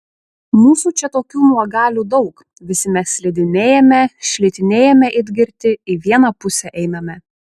mūsų čia tokių nuogalių daug visi mes slidinėjame šlitinėjame it girti į vieną pusę einame